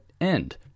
end